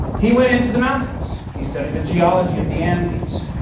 he went into the mountains, he studied the geology of the andes,